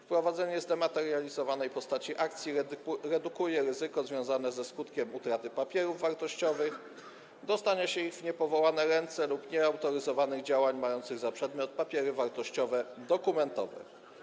Wprowadzenie zdematerializowanej postaci akcji redukuje ryzyko związane ze skutkiem utraty papierów wartościowych, dostania się ich w niepowołane ręce lub nieautoryzowanych działań mających za przedmiot papiery wartościowe dokumentowe.